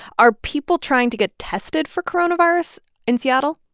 are people trying to get tested for coronavirus in seattle?